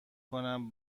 کنم